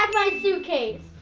um my suitcase?